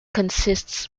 consists